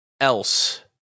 else